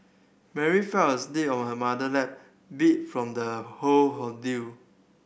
Mary fell asleep on her mother lap beat from the whole ordeal